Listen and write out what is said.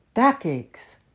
Backaches